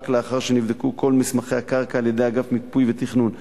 רק לאחר שנבדקו כל מסמכי הקרקע על-ידי אגף מיפוי ותכנון.